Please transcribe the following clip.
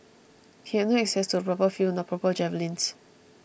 he had no access to a proper field nor proper javelins